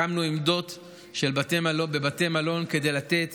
הקמנו עמדות בבתי מלון כדי לתת